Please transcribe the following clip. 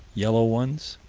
yellow ones